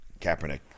Kaepernick